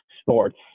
sports